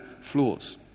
flaws